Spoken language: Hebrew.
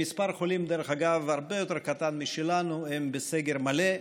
עם מספר חולים הרבה יותר קטן משלנו הם בסגר מלא.